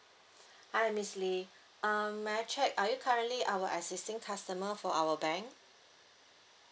hi miss lee uh may I check are you currently our existing customer for our bank